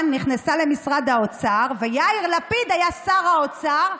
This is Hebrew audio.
נכנסה למשרד הבריאות ויאיר לפיד היה שר האוצר,